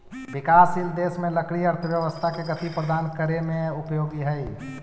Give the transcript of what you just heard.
विकासशील देश में लकड़ी अर्थव्यवस्था के गति प्रदान करे में उपयोगी हइ